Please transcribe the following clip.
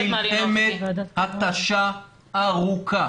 אנחנו במלחמת התשה ארוכה,